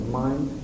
mind